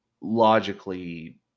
logically